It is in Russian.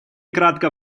кратко